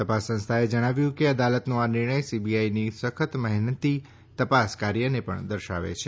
તપાસ સંસ્થાએ જણાવ્યુ કે અદાલતનો આ નિર્ણય સીબીઆઈની સખત મહેનતી તપાસ કાર્યને પણ દર્શાવે છે